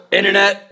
internet